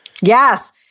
Yes